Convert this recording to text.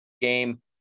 game